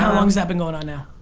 how long has that been going on now?